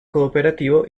cooperativo